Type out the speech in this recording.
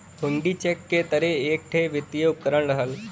हुण्डी cheque के तरे एक ठे वित्तीय उपकरण रहल